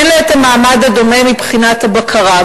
אין לה המעמד הדומה מבחינת הבקרה,